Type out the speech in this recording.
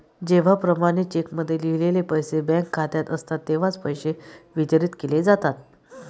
जेव्हा प्रमाणित चेकमध्ये लिहिलेले पैसे बँक खात्यात असतात तेव्हाच पैसे वितरित केले जातात